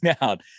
out